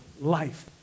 life